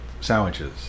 sandwiches